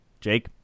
Jake